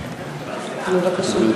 בבקשה.